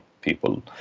people